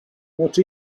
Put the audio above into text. not